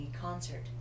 concert